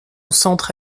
centre